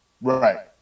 Right